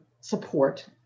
support